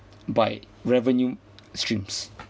by revenue streams